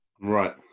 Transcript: right